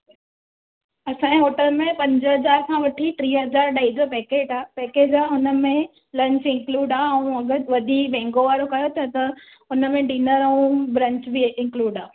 असांजे होटल में पंज हज़ार खां वठी टीह हज़ार ॾह जो पैकेट आहे पैकेज आहे हुनमें लंच इंक्लूड आहे ऐं अगरि वधी महांगो वारो कयो था त हुनमें डिनर ऐं ब्रंच बि इंक्लूड आहे